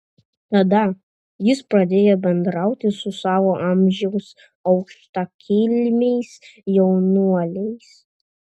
tada jis pradėjo bendrauti su savo amžiaus aukštakilmiais jaunuoliais